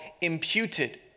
imputed